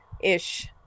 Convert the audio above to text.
ish